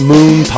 Moon